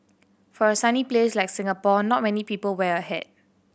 for a sunny place like Singapore not many people wear a hat